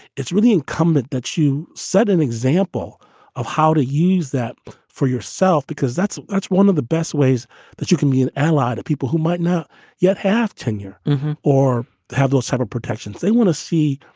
it's really incumbent that you set an example of how to use that for yourself, because that's that's one of the best ways that you can be an ally to people who might not yet have tenure or have those protections they want to see,